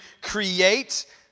create